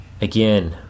again